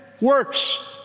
works